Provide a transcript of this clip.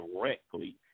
directly